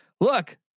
look